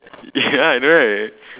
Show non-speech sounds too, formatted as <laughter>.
<laughs> ya I know right